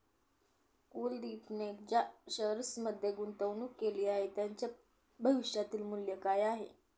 कुलदीपने ज्या शेअर्समध्ये गुंतवणूक केली आहे, त्यांचे भविष्यातील मूल्य काय आहे?